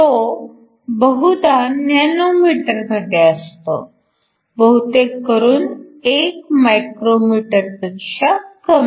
तो बहुधा नॅनोमीटरमध्ये असतो बहुतेक करून 1 मायक्रोमीटरपेक्षा कमी